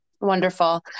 Wonderful